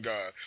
God